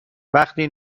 وقتی